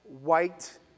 white